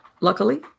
luckily